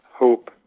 Hope